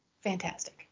Fantastic